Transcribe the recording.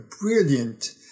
brilliant